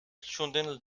stunden